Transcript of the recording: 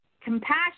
compassion